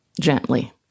Gently